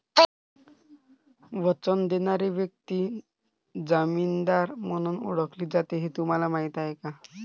वचन देणारी व्यक्ती जामीनदार म्हणून ओळखली जाते हे तुम्हाला माहीत आहे का?